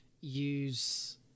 use